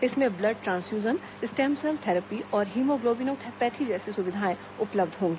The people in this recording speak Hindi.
इसमें blood transfusion stem cell therapy और हीमोग्लोबिनोपैथी जैसी सुविधाएं उपलब्ध होंगी